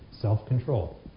self-control